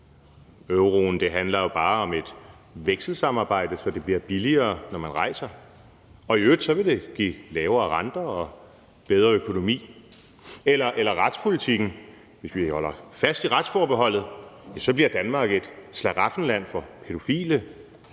bare handler om et vekselsamarbejde, så det bliver billigere, når man rejser, og at det i øvrigt vil give lavere renter og en bedre økonomi, eller inden for retspolitikken, at Danmark, hvis vi holder fast i retsforbeholdet, bliver et slaraffenland for pædofile,